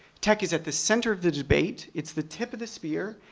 tech is at the center of the debate, it's the tip of the spear,